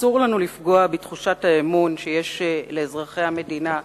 אסור לנו לפגוע בתחושת האמון שיש לאזרחי המדינה במדינה,